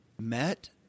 met